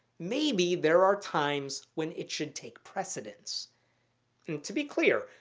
maybe there are times when it should take precedence. and to be clear,